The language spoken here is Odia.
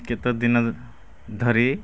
କେତେଦିନ ଧରି